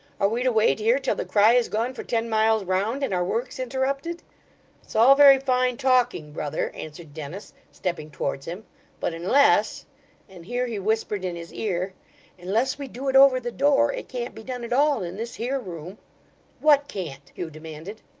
are we to wait here, till the cry has gone for ten miles round, and our work's interrupted it's all very fine talking, brother answered dennis, stepping towards him but unless and here he whispered in his ear unless we do it over the door, it can't be done at all in this here room what can't hugh demanded.